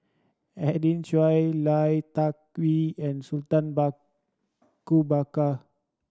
Edwin Lai Tuck and Sutan Ba Ku Bakar